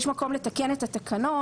יש מקום לתקן את התקנון,